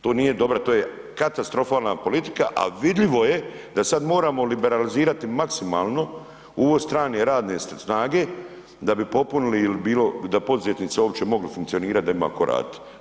To nije dobro, to je katastrofalna politika, a vidljivo je da sad moramo liberalizirati maksimalno uvoz strane radne snage, da bi popunili ili bilo da poduzetnici uopće mogli funkcionirati, da ima tko raditi.